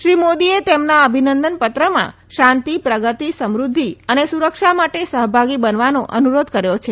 શ્રી મોદીએ તેમના અભિનંદન પત્રમાં શાંતિ પ્રગતિ સમૃદ્ધિ અને સુરક્ષા માટે સહભાગી બનવાનો અનુરોધ કર્યો છે